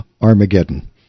Armageddon